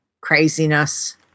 craziness